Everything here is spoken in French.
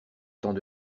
temps